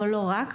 אבל לא רק.